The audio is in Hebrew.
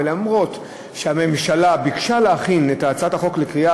ואף שהממשלה ביקשה להכין את הצעת החוק לקריאה